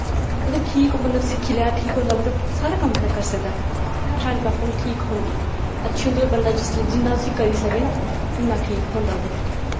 मतलब ठीक बंदा सिक्खी लै ठीक होंदा मतलब सारा कम्म बंदा करी सकदा हैंड क्राफ्टिंग ठीक होंदी अच्छी होंदी होर बंदा जिसलै जि'न्ना उसी करी सकै ना उ'न्ना ठीक होंदा ओह्दे ताहीं